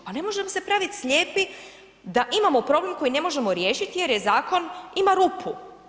Pa ne možemo se praviti slijepi da imamo problem koji ne možemo riješiti jer zakon ima rupu.